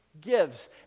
Gives